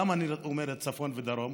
למה אני אומר צפון ודרום?